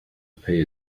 pay